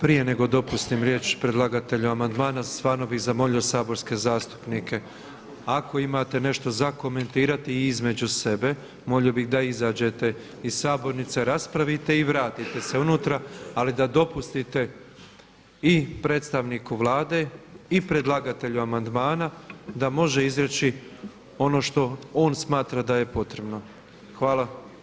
Prije nego dopustim riječ predlagatelju amandmana stvarno bih zamolio saborske zastupnike ako imate nešto za komentirati i između sebe, molio bih da izađete iz sabornice, raspravite i vratite se unutra ali da dopustite i predstavniku Vlade i predlagatelju amandmana da može izreći ono što on smatra da je potrebno Hvala.